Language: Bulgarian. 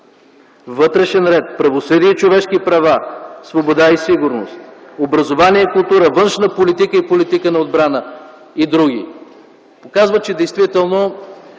„Вътрешен ред”, „Правосъдие и човешки права”, „Свобода и сигурност”, „Образование и култура”, „Външна политика и политика на отбрана” и др., което показва, че действително